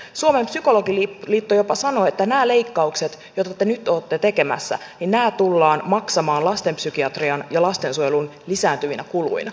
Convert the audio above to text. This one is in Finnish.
suomen psykologiliitto jopa sanoo että nämä leikkaukset joita te nyt olette tekemässä tullaan maksamaan lastenpsykiatrian ja lastensuojelun lisääntyvinä kuluina